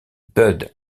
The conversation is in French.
bud